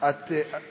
אני חושב שאת אישיות